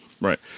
Right